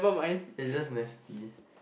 is just nasty